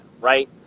right